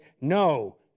No